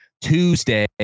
Tuesday